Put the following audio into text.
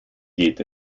geht